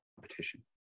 competition